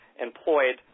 employed